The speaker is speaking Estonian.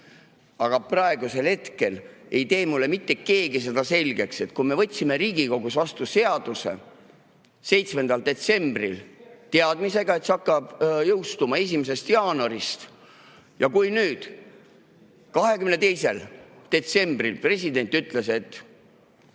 Aga praegusel hetkel ei tee mulle mitte keegi seda selgeks, et kui me võtsime Riigikogus vastu seaduse 7. detsembril teadmisega, et see jõustub 1. jaanuarist, ja kui nüüd 22. detsembril president ütles, et